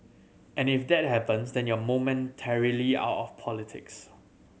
and if that happens then you're momentarily out of politics